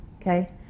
okay